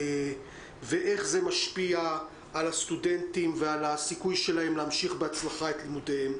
ואיך זה משפיע על הסטודנטים ועל הסיכוי שלהם להמשיך בהצלחה את לימודיהם.